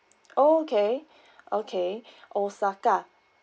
oh okay okay osaka